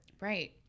Right